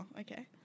okay